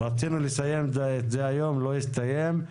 רצינו לסיים את זה היום אבל לא הסתיים.